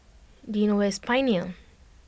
do you know where is Pioneer